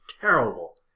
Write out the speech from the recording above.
terrible